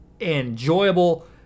Enjoyable